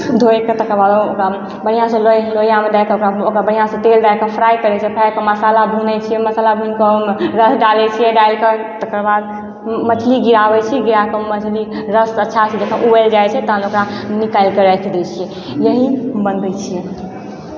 धोयकऽ तकर बाद ओकरामे बढ़िआँसँ लोहिआमे डालिकऽ ओकरा बढ़िआँसँ तेल डालिकऽ फ्राइ करैत छै फ्राइके मसाला भुनैत छियै मसाला भुनिकऽ ओहिमे रस डालैत छियै डालिकऽ तकर बाद मछली गिराबैत छी गिराके मछली रस अच्छासँ जखन उबलि जाइ छै तामे ओकरामे निकालिकऽ राखि दैत छियै यही बनबैत छियै